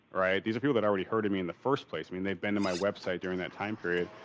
right? these are people that already herded me in the first place. i mean, they've been to my website during that time period.